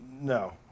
no